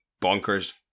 bonkers